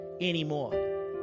anymore